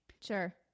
Sure